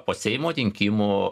po seimo rinkimų